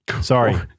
sorry